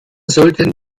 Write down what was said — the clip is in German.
sollten